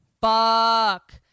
fuck